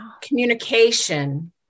communication